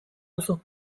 duzu